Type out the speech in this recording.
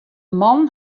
man